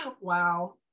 wow